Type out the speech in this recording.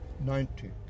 Ninety